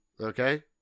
Okay